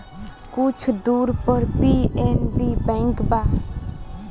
कुछ दूर पर पी.एन.बी बैंक बा